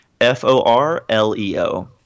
F-O-R-L-E-O